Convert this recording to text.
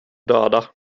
döda